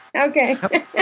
Okay